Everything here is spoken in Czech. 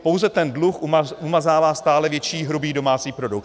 Pouze ten dluh umazává stále větší hrubý domácí produkt.